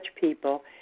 people